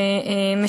לצערי,